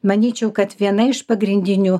manyčiau kad viena iš pagrindinių